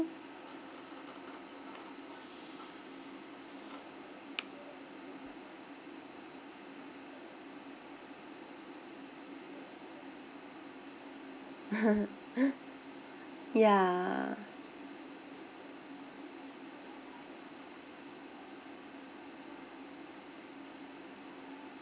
ya